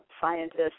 scientists